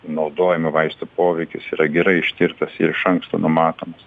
naudojamų vaistų poveikis yra gerai ištirtas ir iš anksto numatomas